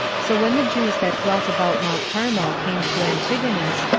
so when the jews that dwelt about mount carmel came to antigonus,